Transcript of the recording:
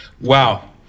Wow